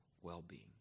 well-being